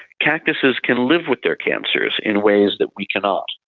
cactuses can live with their cancers in ways that we cannot.